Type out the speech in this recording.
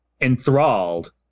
enthralled